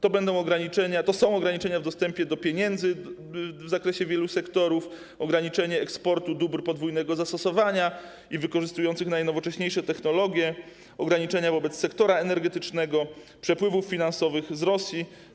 To są ograniczenia w dostępie do pieniędzy w zakresie wielu sektorów, ograniczenie eksportu dóbr podwójnego zastosowania i wykorzystujących najnowocześniejsze technologie, ograniczenia wobec sektora energetycznego i przepływów finansowych z Rosji.